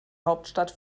hauptstadt